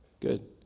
Good